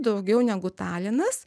daugiau negu talinas